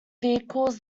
vehicles